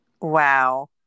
Wow